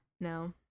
No